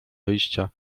wyjścia